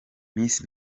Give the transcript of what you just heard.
miss